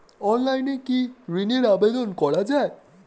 অনলাইনে কি ঋণের আবেদন করা যায়?